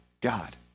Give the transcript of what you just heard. God